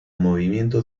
movimiento